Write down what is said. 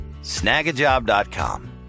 Snagajob.com